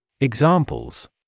Examples